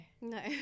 no